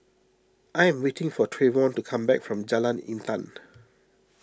I am waiting for Trayvon to come back from Jalan Intan